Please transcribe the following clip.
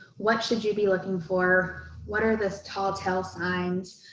what should you be looking for what are the telltale signs?